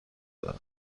دارد